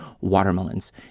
Watermelons